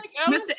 Mr